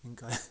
应该